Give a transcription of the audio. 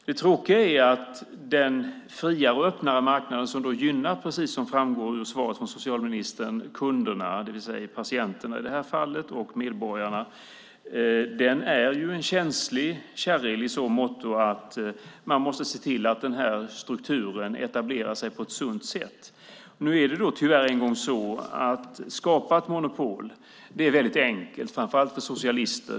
Det tråkiga är att den friare och öppnare marknaden som gynnar - som framgår av svaret från socialministern - kunderna, det vill säga patienterna och medborgarna, är ett känsligt käril i så måtto att man måste se till att den strukturen etablerar sig på ett sunt sätt. Nu är det tyvärr så att det är väldigt enkelt att skapa ett monopol, framför allt för socialister.